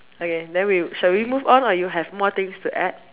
okay then we shall we move on or you have more things to add